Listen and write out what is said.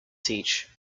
teach